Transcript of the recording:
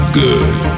good